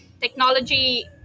technology